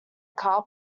car